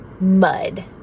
mud